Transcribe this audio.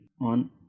on